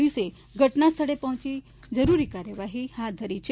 પોલીસે ઘટના સ્થળે પહોંચી જરૂરી કાર્યવાહી કરી હતી